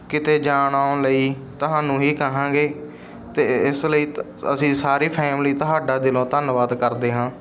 ਕਿਤੇ ਜਾਣ ਆਉਣ ਲਈ ਤੁਹਾਨੂੰ ਹੀ ਕਹਾਂਗੇ ਅਤੇ ਇਸ ਲਈ ਅਸੀਂ ਸਾਰੀ ਫੈਮਿਲੀ ਤੁਹਾਡਾ ਦਿਲੋਂ ਧੰਨਵਾਦ ਕਰਦੇ ਹਾਂ